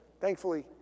Thankfully